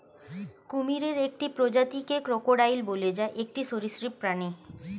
কুমিরের একটি প্রজাতিকে ক্রোকোডাইল বলে, যা একটি সরীসৃপ প্রাণী